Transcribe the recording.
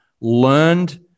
learned